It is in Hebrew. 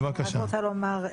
רק רוצה לומר,